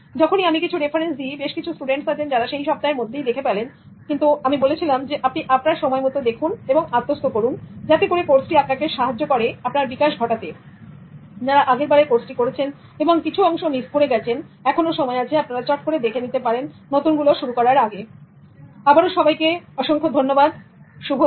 যখনই আমি কিছু রেফারেন্স দি বেশকিছু students আছেন যারা সেই সপ্তাহের মধ্যেই দেখে ফেলেন কিন্তু যেরকম আমি বলেছিলাম আপনি আপনার সময় মতন দেখুন এবং আত্মস্থ করুন যাতে করে কোর্সটি আপনাকে সাহায্য করবে আপনার বিকাশ ঘটাতে যারা আগেরবারে কোর্সটি করেছেন এবং কিছু অংশ মিস করে গেছেন এখনো সময় আছে আপনারা চট করে দেখে নিতে পারেন নতুন গুলো শুরু করার আগে অনেক ধন্যবাদ আপনাদের সবাইকে শুভ দিন